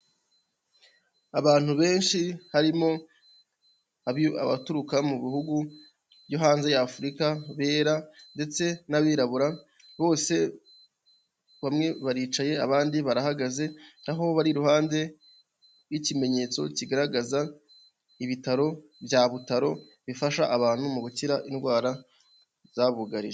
Abantu benshi harimo abaturuka mu bihugu byo hanze ya afurika, bera ndetse n'abirabura bose, bamwe baricaye abandi barahagaze, aho bar’iruhande rw'ikimenyetso kigaragaza ibitaro bya butaro, bifasha abantu mu gukira indwara zabugarije.